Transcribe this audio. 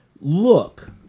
Look